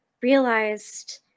realized